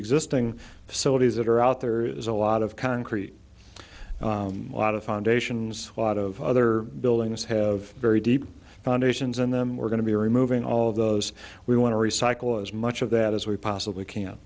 facilities that are out there is a lot of concrete a lot of foundations a lot of other buildings have very deep foundations in them we're going to be removing all of those we want to recycle as much of that as we possibly can